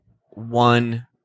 one